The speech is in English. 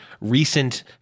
recent